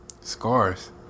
Scars